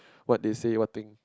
what they said what thing